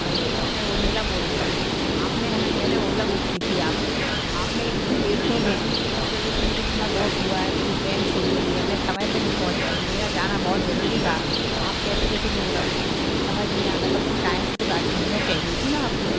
hello मैं उर्मिला बोल रही हूँ आप ने है ना मैंने ओला बुक की थी आप के आप ने इतनी लेट क्यों भेजी इस वजह से मुझे कितना लोस हुआ है मेरी ट्रेन छूट गई है मैं समय पर नहीं पहुंच पाई मेरा जाना बहुत ज़रूरी था आप कैसे कैसे लोग रखते हैं समझ नहीं आता कम से कम टाइम से तो गाड़ी भेजना चाहिए थी ना आप को